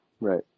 Right